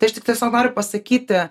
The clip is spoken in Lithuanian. tai aš tik tiesiog noriu pasakyti